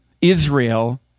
Israel